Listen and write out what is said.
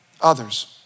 others